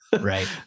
Right